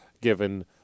given